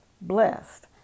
Blessed